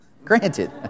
Granted